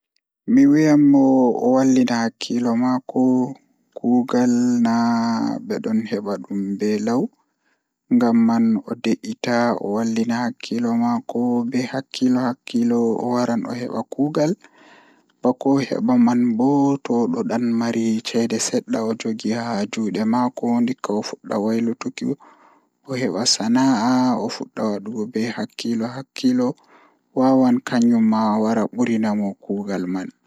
Mi wiyan mo o wallina hakkilo maako kuugal na bedon heba dum be law ngamman o deita o wallina hakkilo maako be hakkilo o waran o heba kuugal bako o heba manbo to odon mari ceede sedda haa juude maako ndikka ofudda wailitukki ofudda sana'a ofudda wadugo be hakkilo hakkilo wawan kanjumma wara burinamo kuugal man